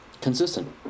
Consistent